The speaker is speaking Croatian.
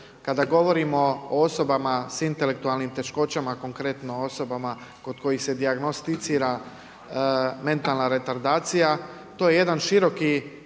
Kada govorimo o osobama sa intelektualnim teškoćama konkretno osobama kod kojih se dijagnosticira mentalna retardacija to je jedan široki